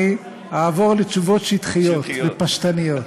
אני אעבור לתשובות שטחיות ופשטניות.